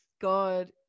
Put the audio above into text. god